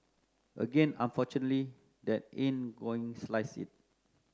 again unfortunately that ain't gonna slice it